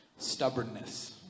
stubbornness